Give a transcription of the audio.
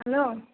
hello